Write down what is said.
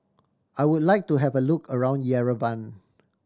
I would like to have a look around Yerevan